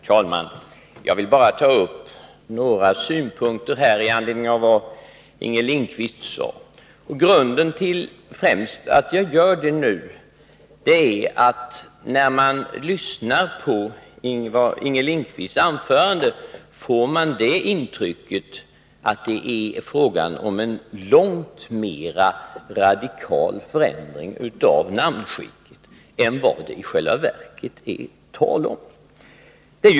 Herr talman! Jag vill bara ta upp några synpunkter med anledning av det Inger Lindquist sade. Den främsta grunden till att jag gör det nu är att man, när man lyssnar till Inger Lindquists anförande, får intrycket att det är fråga om en långt mera radikal förändring av namnskyddet än vad det i själva verket är tal om.